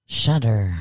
shudder